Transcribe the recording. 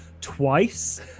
twice